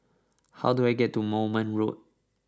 how do I get to Moulmein Road